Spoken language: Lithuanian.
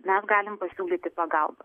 mes galim pasiūlyti pagalbą